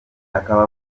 akaba